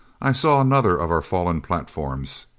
i saw another of our fallen platforms!